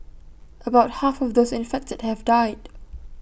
about half of those infected have died